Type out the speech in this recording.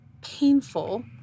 painful